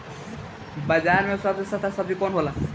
बाजार मे सबसे सस्ता सबजी कौन होला?